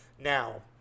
now